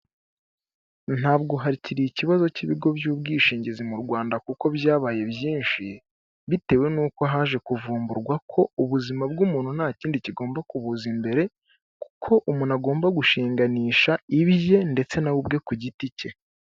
Ntabwo hakiri ikibazo cy'ibigo by'ubwishingizi mu Rwanda kuko byabaye byinshi, bitewe n'uko haje kuvumburwa ko ubuzima bw'umuntu nta kindi kigomba kubuza imbere, kuko umuntu agomba gushinganisha ibye, ndetse na we ubwe ku giti cye.